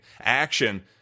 action